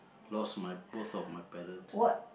lost my both of my parent